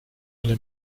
alle